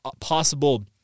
possible